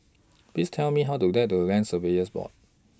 Please Tell Me How to get to Land Surveyors Board